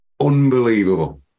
unbelievable